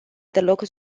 deloc